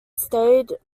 stayed